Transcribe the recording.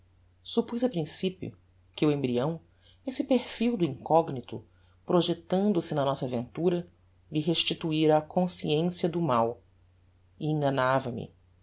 suppuz a principio que o embryão esse perfil do incognito projectando se na nossa aventura lhe restituira a consciência do mal e enganava me